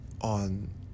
on